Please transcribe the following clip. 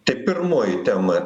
tai pirmoji tema